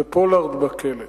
ופולארד בכלא.